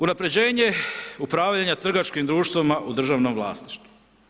Unapređenje upravljanja trgovačkim društvima u državnom vlasništvu.